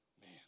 Man